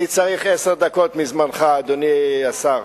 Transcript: אני צריך עשר דקות מזמנך, אדוני השר.